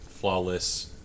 flawless